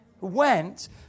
went